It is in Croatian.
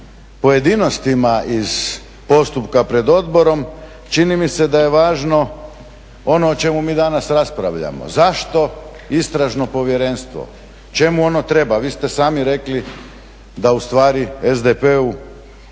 pojedinostima iz postupka pred odborom, čini mi se da je važno ono o čemu mi danas raspravljamo zašto istražno povjerenstvo, čemu ono treba, vi ste sami rekli da ustvari SDP-u